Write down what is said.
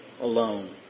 alone